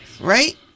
Right